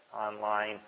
online